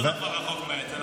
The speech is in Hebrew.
בזכות ינון.